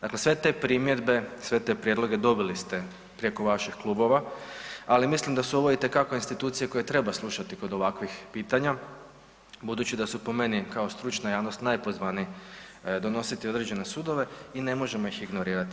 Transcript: Dakle, sve te primjedbe, sve te prijedloge dobili ste preko vaših klubova, ali mislim da su ovo itekako institucije koje treba slušati kod ovakvih pitanja budući da su po meni kao stručna javnost najpozvaniji donositi određene sudove i ne možemo ih ignorirati.